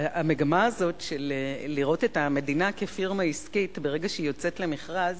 המגמה הזאת של לראות את המדינה כפירמה עסקית ברגע שהיא יוצאת למכרז,